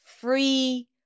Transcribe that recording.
free